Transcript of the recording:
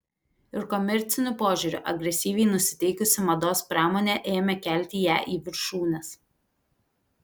ir komerciniu požiūriu agresyviai nusiteikusi mados pramonė ėmė kelti ją į viršūnes